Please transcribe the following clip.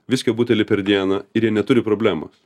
viskio butelį per dieną ir jie neturi problemos